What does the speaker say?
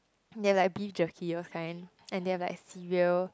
there are like beef jerky those kind and they have like cereal